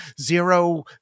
zero